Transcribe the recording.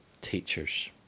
teachers